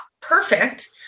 perfect